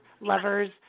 lovers